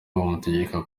bamutegeka